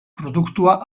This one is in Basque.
produktua